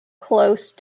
close